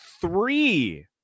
three